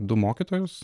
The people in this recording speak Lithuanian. du mokytojus